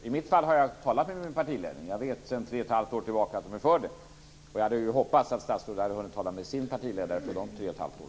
I mitt fall har jag talat med min partiledning. Jag vet sedan tre och ett halvt år tillbaka att man är för det. Jag hade hoppats att statsrådet hade hunnit tala med sin partiledare under dessa tre och ett halvt år.